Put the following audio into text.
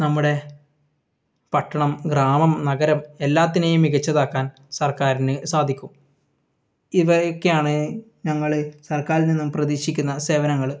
നമ്മുടെ പട്ടണം ഗ്രാമം നഗരം എല്ലാത്തിനെയും മികച്ചതാക്കാൻ സർക്കാരിന് സാധിക്കും ഇവയൊക്കെയാണ് ഞങ്ങൾ സർക്കാരിൽ നിന്നും പ്രതീക്ഷിക്കുന്ന സേവനങ്ങൾ